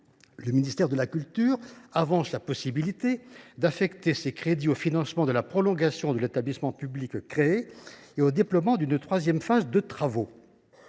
Le ministère de la culture suggère d’affecter ces fonds au financement de la prolongation de l’établissement public créé et au déploiement d’une troisième phase de travaux.